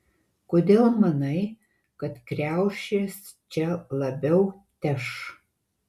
kodėl manai kad kriaušės čia labiau teš